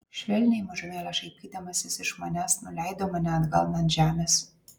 švelniai mažumėlę šaipydamasis iš manęs nuleido mane atgal ant žemės